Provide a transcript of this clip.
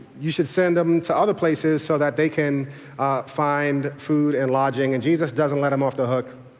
you should send them to other places so that they can find food and lodging. and jesus doesn't let them off the hook.